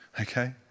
Okay